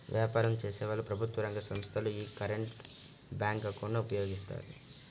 వ్యాపారం చేసేవాళ్ళు, ప్రభుత్వ రంగ సంస్ధలు యీ కరెంట్ బ్యేంకు అకౌంట్ ను ఉపయోగిస్తాయి